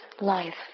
life